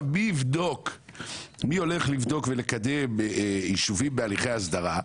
ועכשיו מי הולך לבדוק ולקדם יישובים בהליכי הסדרה?